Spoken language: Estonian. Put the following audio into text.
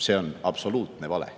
See on absoluutne vale.